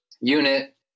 unit